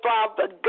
Father